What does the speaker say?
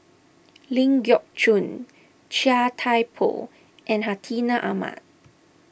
Ling Geok Choon Chia Thye Poh and Hartinah Ahmad